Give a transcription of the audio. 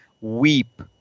weep